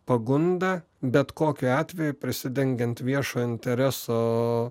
pagunda bet kokiu atveju prisidengiant viešojo intereso